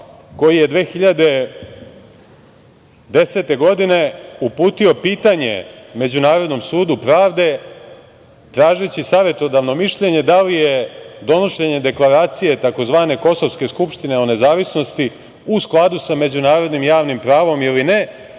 koji je 2010. godine uputio pitanje Međunarodnom sudu pravde tražeći savetodavno mišljenje da li je donošenje deklaracije tzv. kosovske skupštine o nezavisnosti u skladu sa međunarodnim javnim pravom ili ne,